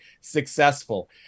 successful